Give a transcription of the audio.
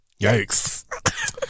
Yikes